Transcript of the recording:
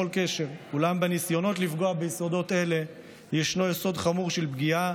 אולם בניסיונות לפגוע ביסודות אלה ישנו יסוד חמור של פגיעה